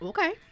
Okay